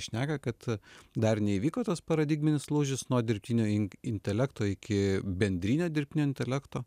šneka kad dar neįvyko tas paradigminis lūžis nuo dirbtinio intelekto iki bendrinio dirbtinio intelekto